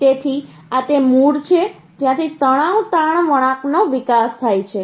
તેથી આ તે મૂળ છે જ્યાંથી તણાવ તાણ વળાંકનો વિકાસ થાય છે